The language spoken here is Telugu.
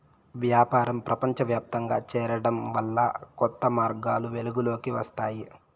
వ్యాపారం ప్రపంచవ్యాప్తంగా చేరడం వల్ల కొత్త మార్గాలు వెలుగులోకి వస్తాయి